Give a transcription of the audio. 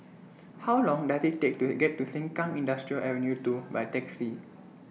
How Long Does IT Take to He get to Sengkang Industrial Avenue two By Taxi